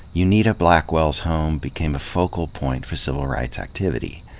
unita blackwell's home became a focal point for civil rights activity.